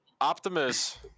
Optimus